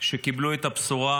שקיבלו את הבשורה,